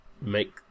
make